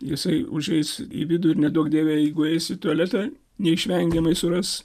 jisai užeis į vidų ir neduok dieve jeigu eis į tualetą neišvengiamai suras